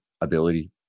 ability